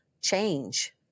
change